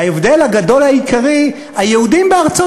וההבדל הגדול העיקרי: היהודים בארצות